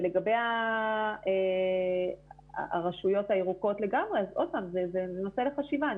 ולגבי הרשויות הירוקות לגמרי, זה נושא לחשיבה.